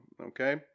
Okay